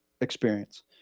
experience